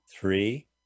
Three